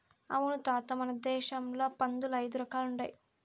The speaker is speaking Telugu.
అవును తాత మన దేశంల పందుల్ల ఐదు రకాలుండాయి